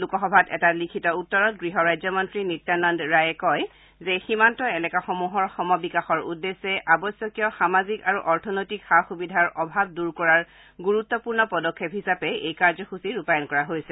লোকসভাত এটা লিখিত উত্তৰত গৃহ ৰাজ্যমন্তী নিত্যানন্দ ৰায়ে কয় যে সীমান্ত এলেকাসমূহৰ সম বিকাশৰ উদ্দেশ্যে আৱশ্যকীয় সামাজিক আৰু অৰ্থনৈতিক সা সুবিধাৰ অভাৱ দূৰ কৰাৰ গুৰুতপূৰ্ণ পদক্ষেপ হিচাপে এই কাৰ্যসূচী ৰূপায়ণ কৰা হৈছে